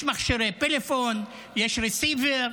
יש מכשירי פלאפון, יש רסיבר,